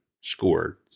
scored